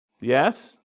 Yes